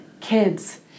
kids